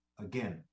again